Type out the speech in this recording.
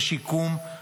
בשיקום,